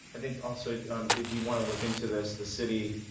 i think also um if you want to look into this, the city,